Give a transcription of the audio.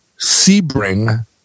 Sebring